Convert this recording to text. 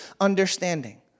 understanding